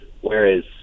whereas